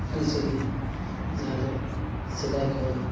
ᱟᱹᱨᱤᱪᱟᱹᱞᱤ ᱡᱟᱦᱟᱸ ᱫᱚ ᱥᱮᱫᱟᱭ ᱠᱷᱚᱱ